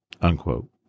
unquote